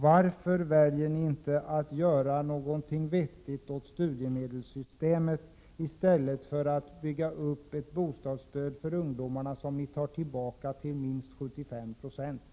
Varför väljer ni inte att göra någonting vettigt när det gäller studiemedelssystemet i stället för att för ungdomarna bygga upp ett bostadsstöd, som ni tar tillbaka till minst 75 0?